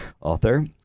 author